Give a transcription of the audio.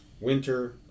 winter